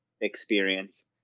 experience